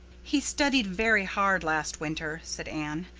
he studied very hard last winter, said anne.